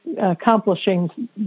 accomplishing